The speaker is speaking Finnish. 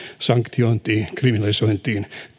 sanktiointiin kriminalisointiin